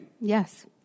Yes